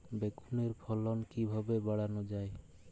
বেগুনের ফলন কিভাবে বাড়ানো যায়?